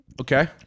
Okay